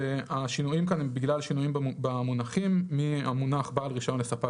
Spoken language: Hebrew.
והשינויים כאן הם בגלל שינויים במונחים מהמונח "בעל רישיון לספק